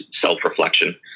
self-reflection